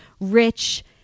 rich